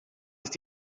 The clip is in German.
ist